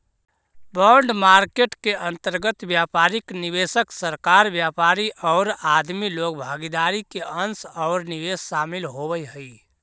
bond market के अंतर्गत व्यापारिक निवेशक, सरकार, व्यापारी औउर आदमी लोग भागीदार के अंश औउर निवेश शामिल होवऽ हई